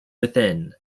within